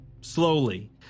Slowly